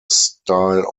style